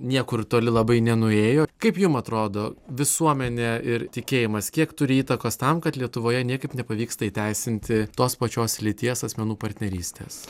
niekur toli labai nenuėjo kaip jum atrodo visuomenė ir tikėjimas kiek turi įtakos tam kad lietuvoje niekaip nepavyksta įteisinti tos pačios lyties asmenų partnerystės